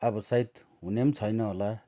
अब सायद हुने पनि छैन होला